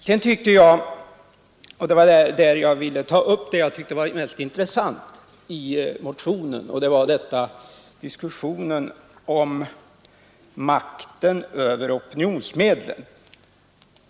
Det som jag ville ta upp och tyckte var det mest intressanta i motionen var diskussionen om makten över opinionsmedlen.